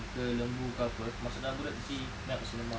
ke lembu ke apa masuk dalam mulut mesti melts in the mouth